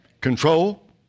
Control